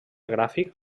gràfic